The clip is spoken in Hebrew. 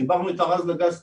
חיברנו את ערד לגז טבעי,